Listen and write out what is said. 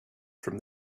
from